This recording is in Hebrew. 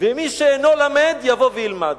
ומי שאינו למד יבוא וילמד".